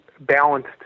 balanced